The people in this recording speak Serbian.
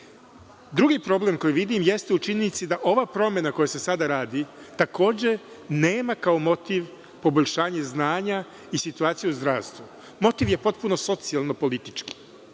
problem koji vidim jeste u činjenici da ova promena koja se sada radi, takođe nema kao motiv poboljšanje znanja i situaciju u zdravstvu. Motiv je potpuno socijalno-politički.